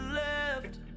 left